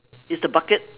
is the bucket